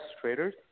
traders